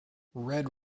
red